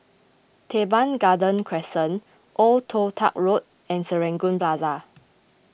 Teban Garden Crescent Old Toh Tuck Road and Serangoon Plaza